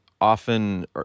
often